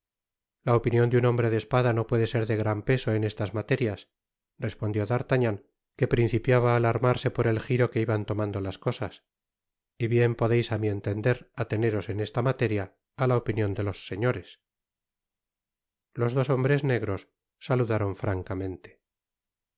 la opinion de un hombre de espada no puede ser de gran peso en estas materias respondió d'artagnan que principiaba á alarmarse por el giro que iban tomando las cosas y bien podeis á mi entender ateneros en esta materia á la opinion de los señores los dos hombres negros saludaron francamente